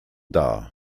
dar